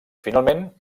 finalment